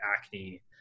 acne